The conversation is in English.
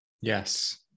Yes